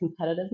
competitiveness